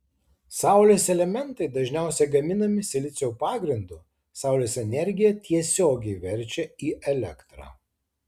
saulės elementai dažniausiai gaminami silicio pagrindu saulės energiją tiesiogiai verčia į elektrą